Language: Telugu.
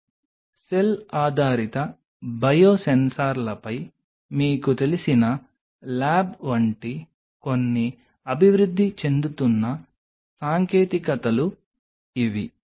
చిప్ సెల్ ఆధారిత బయోసెన్సర్లపై మీకు తెలిసిన ల్యాబ్ వంటి కొన్ని అభివృద్ధి చెందుతున్న సాంకేతికతలు ఇవి